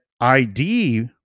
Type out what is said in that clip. ID